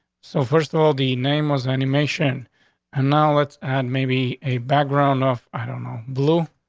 so first of all, the name was animation and now let's add maybe a background off. i don't know blue,